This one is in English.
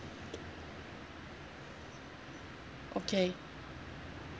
okay